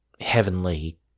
heavenly